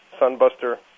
Sunbuster